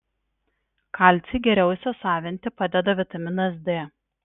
kalcį geriau įsisavinti padeda vitaminas d